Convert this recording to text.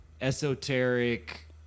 esoteric